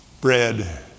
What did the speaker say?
Bread